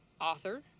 author